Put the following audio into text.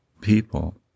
people